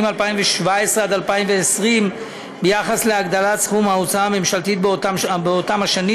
2017 2020 בדבר הגדלת סכום ההוצאה הממשלתית באותן השנים,